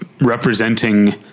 representing